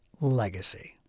legacy